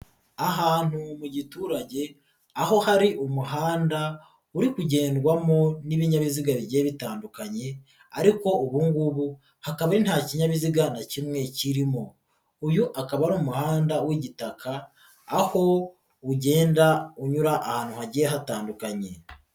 Ahantu mu giturage aho hari umuhanda uri kugendwamo n'ibinyabiziga bigiye bitandukanye ariko ubu ngubu hakaba ari nta kinyabiziga na kimwe kirimo, uyu akaba ari umuhanda w'igitaka aho ugenda unyura ahantu hagiye hatandukanye.